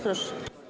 Proszę.